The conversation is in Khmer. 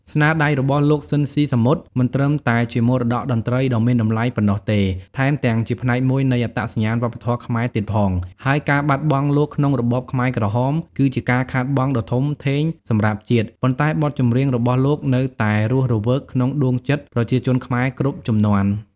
ស្នាដៃរបស់លោក ស៊ីន ស៊ីសមុត មិនត្រឹមតែជាមរតកតន្ត្រីដ៏មានតម្លៃប៉ុណ្ណោះទេ ថែមទាំងជាផ្នែកមួយនៃអត្តសញ្ញាណវប្បធម៌ខ្មែរទៀតផង ហើយការបាត់បង់លោកក្នុងរបបខ្មែរក្រហមគឺជាការខាតបង់ដ៏ធំធេងសម្រាប់ជាតិ ប៉ុន្តែបទចម្រៀងរបស់លោកនៅតែរស់រវើកក្នុងដួងចិត្តប្រជាជនខ្មែរគ្រប់ជំនាន់។